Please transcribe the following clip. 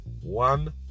one